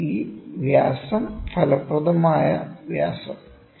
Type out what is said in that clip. De വ്യാസം ഫലപ്രദമായ വ്യാസം